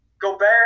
Gobert